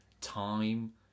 time